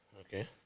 Okay